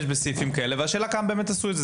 בסעיפים כאלה והשאלה כמה באמת עשו את זה.